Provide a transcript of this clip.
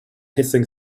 hissing